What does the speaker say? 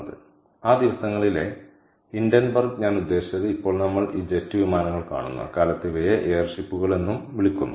അതിനാൽ ആ ദിവസങ്ങളിലെ ഹിൻഡൻബർഗ് ഞാൻ ഉദ്ദേശിച്ചത് ഇപ്പോൾ നമ്മൾ ഈ ജെറ്റ് വിമാനങ്ങൾ കാണുന്നു അക്കാലത്ത് ഇവയെ എയർ ഷിപ്പുകൾ എന്നും വിളിക്കുന്നു